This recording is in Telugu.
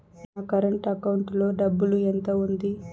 నా కరెంట్ అకౌంటు లో డబ్బులు ఎంత ఉంది?